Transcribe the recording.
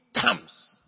comes